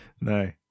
No